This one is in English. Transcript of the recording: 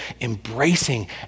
embracing